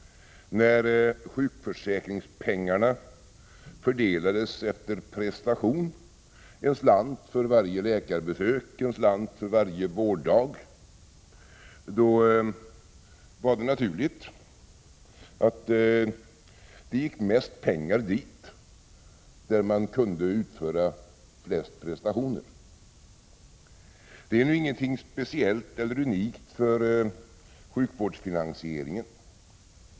När sjukförsäkringspengarna fördelades efter prestation — en slant för varje läkarbesök, en slant för varje vårddag — var det naturligt att det gick mest pengar dit där man kunde utföra de flesta prestationer. Detta är ingenting speciellt eller unikt för sjukvårdsfinansieringen.